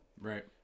Right